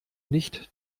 nicht